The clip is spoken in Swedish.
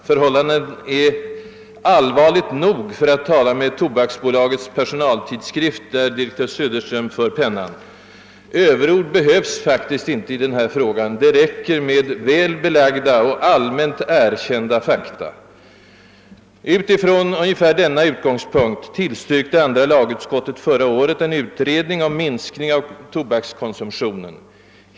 Förhållandet »är ”allvarligt nog», för att tala med Tobaksbolagets personaltidskrift, där direktör Olof Söderström fört pennan. Överord behövs inte i denna fråga — det räcker med väl belagda och allmänt erkända fakta. Från ungefär denna utgångspunkt tillstyrkte andra lagutskottet också förra året en utredning om minskning av tobakskonsumtionen.